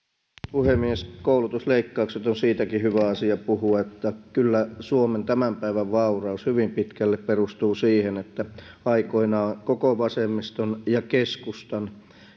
puhemies koulutusleikkaukset on siitäkin hyvä asia puhua että kyllä suomen tämän päivän vauraus hyvin pitkälle perustuu siihen että aikoinaan koko vasemmiston ja keskustan